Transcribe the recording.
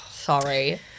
Sorry